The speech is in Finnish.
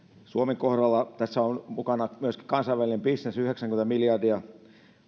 suomen kohdalla tässä on mukana kansainvälinen bisnes yhdeksänkymmentä miljardia